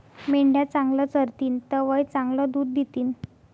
मेंढ्या चांगलं चरतीन तवय चांगलं दूध दितीन